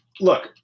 look